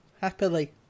happily